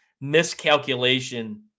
miscalculation